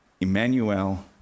Emmanuel